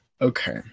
Okay